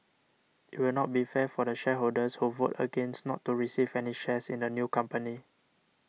it will not be fair for the shareholders who vote against not to receive any shares in the new company